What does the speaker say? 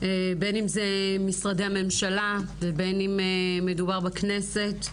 בין אם זה משרדי הממשלה ובין אם מדובר בכנסת,